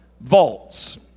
vaults